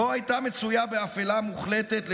שבו הייתה מצויה באפלה מוחלטת,